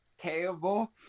Terrible